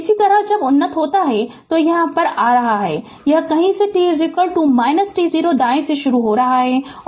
इसी तरह जब यह उन्नत होता है तो यह आ रहा है यह कहीं से t t0 दाएं से शुरू हो रहा है